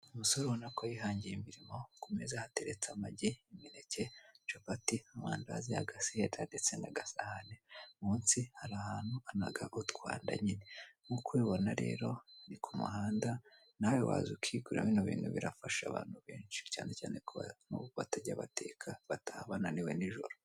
Umusore ubona ko yihangiye imirimo ku meza hateretse amagi, imineke, cabati, amandazi, agaseta ndetse na gasahani munsi harihanu anaga utwadanye nk'uko ubibona rero, ni ku muhanda nawe waza ukiguramo bino bintu birafasha abantu benshi cyane cyane batajya bateka bataha bananiwe nijoro.